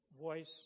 voice